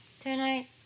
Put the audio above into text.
Tonight